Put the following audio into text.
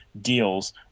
deals